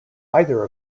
either